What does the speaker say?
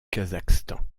kazakhstan